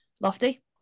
Lofty